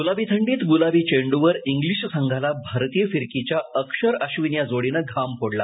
गुलाबी थंडीत गुलाबी चेंडूवर इंग्लिश संघाला भारतीय फिरकीच्या अक्षर आश्विन या जोडीने घाम फोडला